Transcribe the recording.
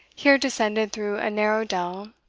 here descended through a narrow dell,